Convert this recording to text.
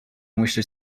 myśleć